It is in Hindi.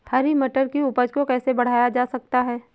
हरी मटर की उपज को कैसे बढ़ाया जा सकता है?